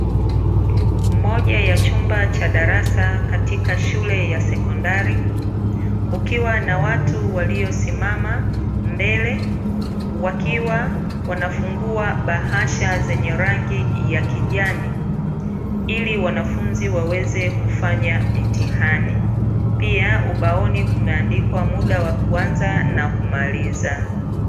Moja ya chumba cha darasa katika shule ya sekondari, kukiwa na watu waliosimama mbele, wakiwa wanafungua bahasha zenye rangi ya kijani, ili wanafunzi waweze kufanya mitihani. Pia ubaoni kumeandikwa muda wa kuanza na kumaliza.